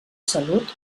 salut